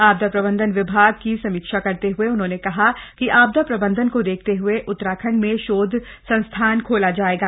आपदा प्रबंधन विभाग की समीक्षा करते हुए उन्होंने कहा कि आपदा प्रबंधन को देखते हए उत्तराखण्ड में शोध संस्थान खोला जायेगा